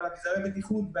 אביזרי בטיחות,